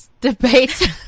debate